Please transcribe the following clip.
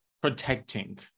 protecting